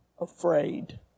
afraid